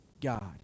God